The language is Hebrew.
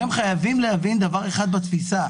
פקידי האוצר, אתם חייבים להבין דבר אחד בתפיסה,